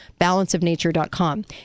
Balanceofnature.com